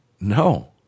No